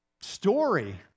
story